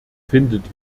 findet